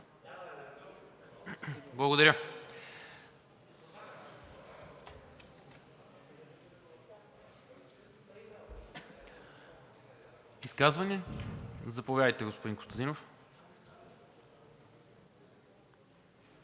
Благодаря. Изказвания? Заповядайте, господин Костадинов.